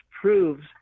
proves